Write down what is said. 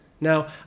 Now